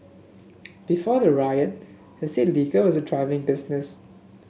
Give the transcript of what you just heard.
before the riot he said liquor was a thriving business